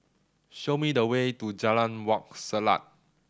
show me the way to Jalan Wak Selat